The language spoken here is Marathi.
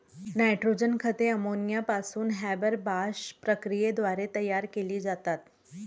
नायट्रोजन खते अमोनिया पासून हॅबरबॉश प्रक्रियेद्वारे तयार केली जातात